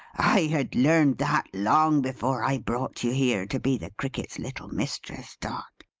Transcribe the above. i had learnt that, long before i brought you here, to be the cricket's little mistress, dot!